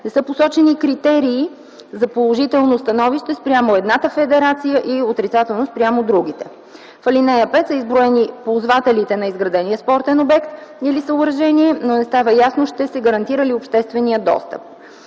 Не са посочени критерии за положително становище спрямо едната федерация и отрицателно спрямо другите; - в ал. 5 са изброени ползвателите на изградения спортен обект или съоръжение, но не става ясно ще се гарантира ли обществения достъп.